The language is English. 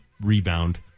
rebound